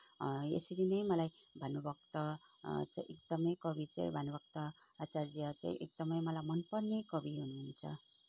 यसरी नै मलाई भानुभक्त चाहिँ एकदमै कवि चाहिँ भानुभक्त आचार्य चाहिँ एकदमै मलाई मनपर्ने कवि हुनुहुन्छ